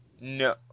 No